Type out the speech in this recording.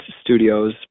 studios